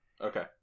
Okay